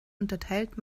unterteilt